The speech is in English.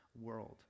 world